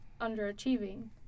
underachieving